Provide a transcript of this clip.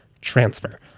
transfer